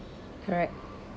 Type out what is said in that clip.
correct